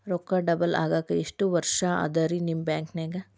ರೊಕ್ಕ ಡಬಲ್ ಆಗಾಕ ಎಷ್ಟ ವರ್ಷಾ ಅದ ರಿ ನಿಮ್ಮ ಬ್ಯಾಂಕಿನ್ಯಾಗ?